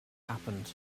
happened